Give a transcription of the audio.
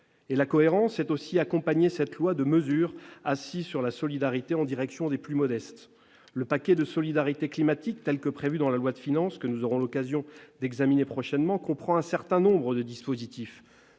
La cohérence consiste aussi à accompagner cette loi de mesures de solidarité en direction des plus modestes. Le « paquet de solidarité climatique » prévu dans le projet de loi de finances que nous aurons l'occasion d'examiner prochainement comprend un certain nombre de dispositifs,